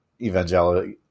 Evangelical